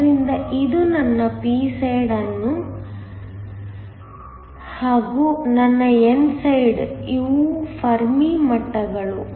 ಆದ್ದರಿಂದ ಇದು ನನ್ನ p ಸೈಡ್ ಅದು ನನ್ನ n ಸೈಡ್ ಇವು ಫರ್ಮಿ ಮಟ್ಟಗಳು